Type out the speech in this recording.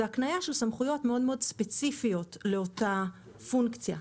והקניה של סמכויות מאוד ספציפיות לאותה פונקציה.